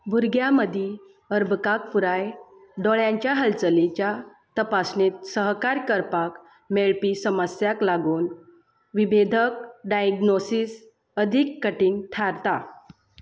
भुरग्यां मदीं अर्भकांक पुराय दोळ्यांच्या हालचालीच्या तपासणेंत सहकार्य करपाक मेळपी समस्यांक लागून विभेदक डायग्नोसीस अदीक कठीण थारता